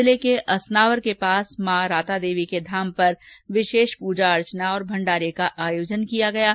जिले के असनावर के पास मां राता देवी के धाम पर विशेष प्रजा अर्चना की गई और भंडारों का आयोजन किया गया है